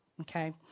Okay